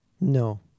No